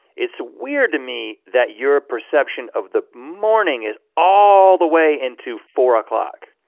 it's weird to me that your perception of the morning is all the way into four o'clock.